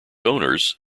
owners